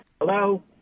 hello